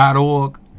.org